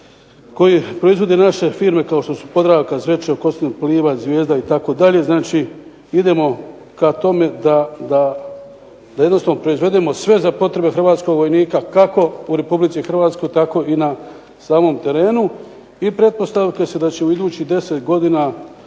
koje proizvode naše firme kao što su Podravka, Zvečevo, …/Govornik se ne razumije./…, Pliva, Zvijezda, itd. Znači idemo ka tome da jednostavno proizvedemo sve za potrebe hrvatskog vojnika kako u Republici Hrvatskoj, tako i na samom terenu. I pretpostavke su da ćemo idućih 10 godina